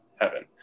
heaven